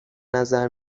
نظر